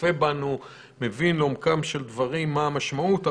שצופה בנו מבין לעומקם של דברים מהי המשמעות.